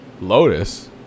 Lotus